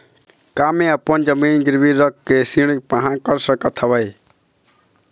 का मैं अपन जमीन गिरवी रख के ऋण पाहां कर सकत हावे?